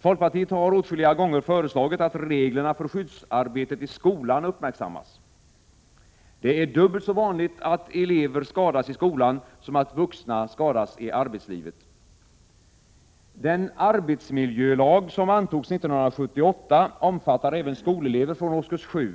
Folkpartiet har åtskilliga gånger föreslagit att reglerna för skyddsarbetet i skolan skall uppmärksammas. Det är dubbelt så vanligt att elever skadas i skolan som att vuxna skadas i arbetslivet. Den arbetsmiljölag som antogs 1978 omfattar även skolelever från årskurs 7.